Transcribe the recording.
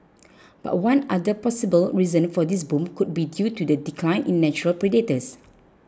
but one other possible reason for this boom could be due to the decline in natural predators